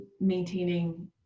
maintaining